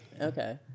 okay